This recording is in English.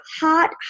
hot